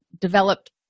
developed